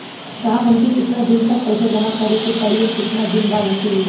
साहब हमके कितना दिन तक पैसा जमा करे के पड़ी और कितना दिन बाद हमके मिली?